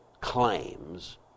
claims